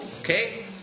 Okay